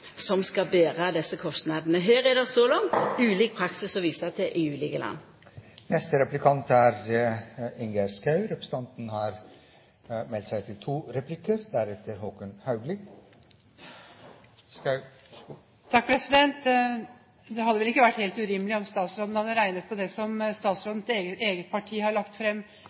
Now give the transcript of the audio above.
politiet skal ha tilgang til desse data, er det urimeleg at det er små og store tilbydarar som skal bera desse kostnadene. Her er det så langt ulik praksis å visa til i ulike land. Det hadde vel ikke vært helt urimelig om statsråden hadde regnet på det som statsrådens eget parti har lagt